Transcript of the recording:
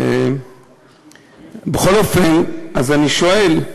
בכל אופן, אני שואל: